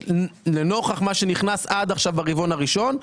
לנוכח מה שנכנס עד עכשיו ברבעון הראשון,